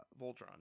Voltron